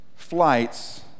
flights